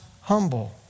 humble